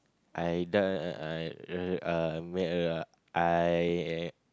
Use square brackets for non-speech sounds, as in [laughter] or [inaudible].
I d~ I err uh [noise] I